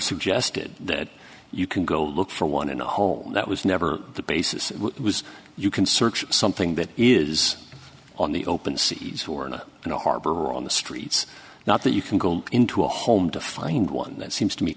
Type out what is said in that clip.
suggested that you can go look for one in a home that was never the basis was you can search something that is on the open seas or not in the harbor or on the streets not that you can go into a home to find one that